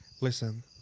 listen